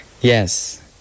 yes